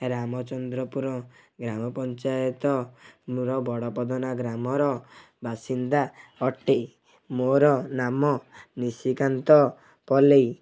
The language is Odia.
ରାମଚନ୍ଦ୍ରପୁର ଗ୍ରାମ ପଞ୍ଚାୟତ ର ବଡ଼ପଦନା ଗ୍ରାମର ବାସିନ୍ଦା ଅଟେ ମୋର ନାମ ନିଶିକାନ୍ତ ପଲେଇ